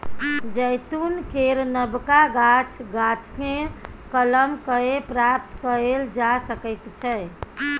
जैतून केर नबका गाछ, गाछकेँ कलम कए प्राप्त कएल जा सकैत छै